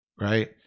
Right